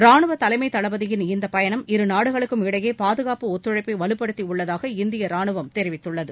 ராணுவ தலைமை தளபதியின் இந்த பயணம் இரு நாடுகளுக்கும் இடையே பாதுகாப்பு ஒத்துழைப்பை வலுப்படுத்தியுள்ளதாக இந்திய ராணுவம் தெரிவித்துள்ளது